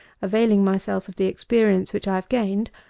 availing myself of the experience which i have gained,